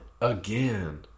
again